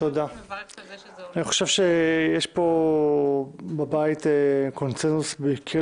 אני חושב שיש בבית קונצנזוס מקיר